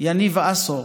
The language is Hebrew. יניב עשור,